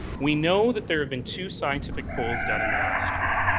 we know that there have been two scientific polls done in the last year.